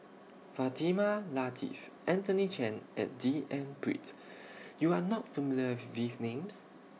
Fatimah Lateef Anthony Chen and D N Pritt YOU Are not familiar with These Names